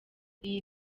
iyi